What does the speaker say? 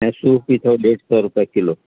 ऐं सूफ़ बि अथव ॾेढु सौ रुपए किलो